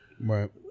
Right